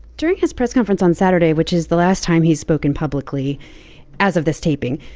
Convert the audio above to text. during his press conference on saturday, which is the last time he's spoken publicly as of this taping,